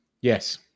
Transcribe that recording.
Yes